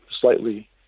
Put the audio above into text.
slightly